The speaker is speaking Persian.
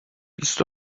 بیست